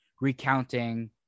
recounting